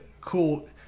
Cool